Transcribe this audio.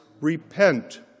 repent